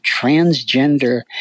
transgender